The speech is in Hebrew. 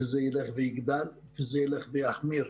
וזה ילך ויגדל וילך ויחמיר.